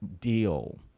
deal